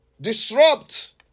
disrupt